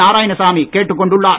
நாராயணசாமி கேட்டுக்கொண்டுள்ளார்